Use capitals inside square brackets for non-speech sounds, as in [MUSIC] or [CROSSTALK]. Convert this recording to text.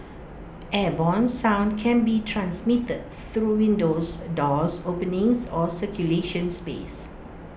airborne sound can be transmitted through windows [HESITATION] doors openings or circulation space